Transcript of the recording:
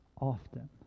often